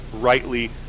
rightly